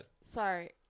Sorry